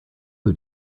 who